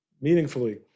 meaningfully